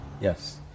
Yes